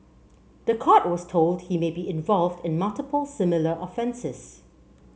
the court was told he may be involved in multiple similar offences